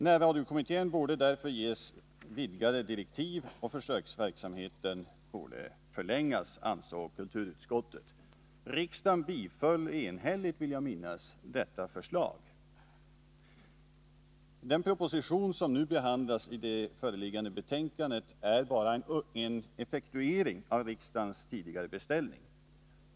Närradiokommittén borde därför ges vidgade direktiv och försöksverksamheten borde förlängas, ansåg kulturutskottet. Riksdagen biföll — enhälligt, vill jag minnas — dessa förslag. Den proposition som behandlas i det nu föreliggande betänkandet är bara en effektuering av riksdagens tidigare beställning.